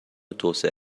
توسعه